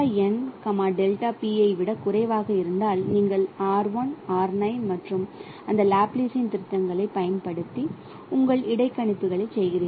எனவே ஐ விடக் குறைவாக இருந்தால் நீங்கள் ஆர் 1 ஆர் 9 மற்றும் அந்த லாப்லாசியன் திருத்தங்களைப் பயன்படுத்தி உங்கள் இடைக்கணிப்புகளைச் செய்கிறீர்கள்